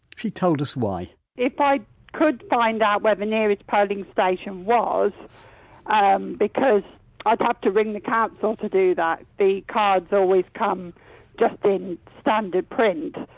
she told us why if i could find out where the nearest polling station was um because i'd have to ring the council to do that, the cards always come just in standard print,